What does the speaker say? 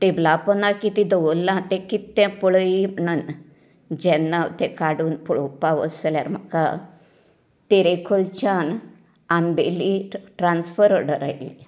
टेबलां पोंदांक कितें दवरलां तें कितें तें पळय म्हण जेन्ना ते काडून पळोवपाक वच जाल्यार म्हाका तेरेखोलच्यान आंबेली ट्रान्सफर ऑर्डर आयल्ली